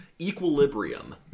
Equilibrium